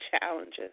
challenges